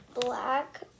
black